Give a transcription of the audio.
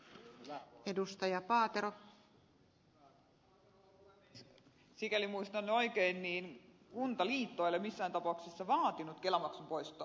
sikäli jos muistan oikein kuntaliitto ei ole missään tapauksessa vaatinut kelamaksun poistoa